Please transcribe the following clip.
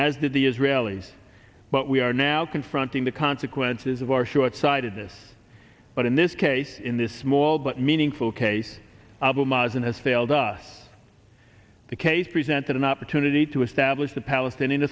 as did the israelis but we are now confronting the consequences of our short sightedness but in this case in this small but meaningful case album ahs and has failed us the case presented an opportunity to establish the palestinian